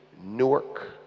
Newark